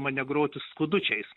mane groti skudučiais